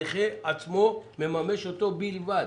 הנכה עצמו מממש אותו בלבד.